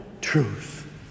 truth